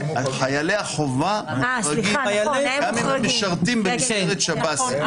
חיילי החובה מחורגים גם אם הם משרתים במסגרת שב"סית.